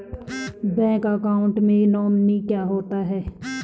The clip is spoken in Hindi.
बैंक अकाउंट में नोमिनी क्या होता है?